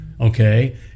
okay